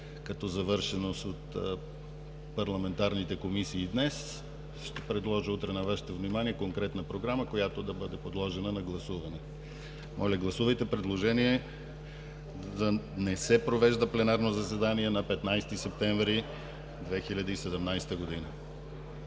като завършеност от парламентарните комисии днес, утре ще предложа на Вашето внимание конкретна програма, която да бъде подложена на гласуване. Моля, гласувайте предложението да не се провежда пленарно заседание на 15 септември 2017 г.